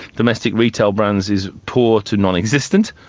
domestic retail brands, is poor to non-existent.